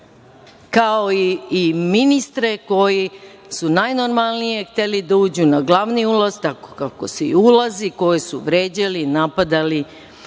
kao i ministre koji su najnormalnije hteli da uđu na glavni ulaz tako kako se i ulazi, koje su vređali, napadali,